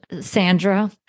Sandra